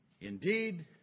Indeed